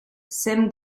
sim